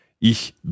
Ich